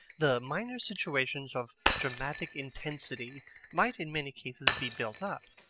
the minor situations of dramatic intensity might in many cases be built up.